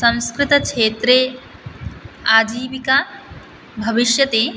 संस्कृतक्षेत्रे आजीविका भविष्यति